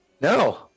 No